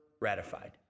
ratified